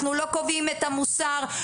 אנחנו לא קובעים המוסר,